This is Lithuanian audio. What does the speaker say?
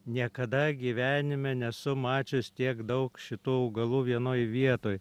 niekada gyvenime nesu mačius tiek daug šitų augalų vienoj vietoj